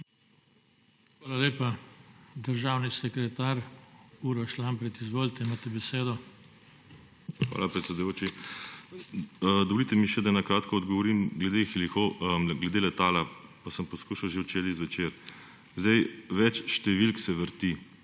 Hvala lepa. Državni sekretar Uroš Lampret, izvolite, imate besedo. **UROŠ LAMPRET:** Hvala, predsedujoči. Dovolite mi še, da na kratko odgovorim glede letala, pa sem poskušal že včeraj zvečer. Več številk se vrti.